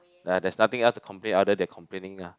ya there's nothing else to complain other than complaining ah